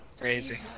Crazy